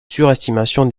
surestimation